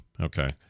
Okay